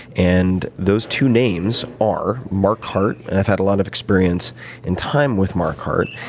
and those two names are mark hart, and i've had a lot of experience in time with mark hart.